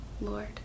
Lord